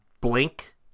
blink